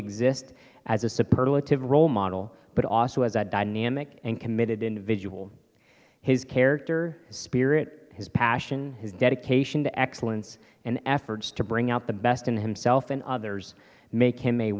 supportive role model but also as that dynamic and committed individual his character spirit his passion his dedication to excellence and efforts to bring out the best in himself and others make him